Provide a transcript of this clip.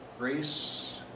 Grace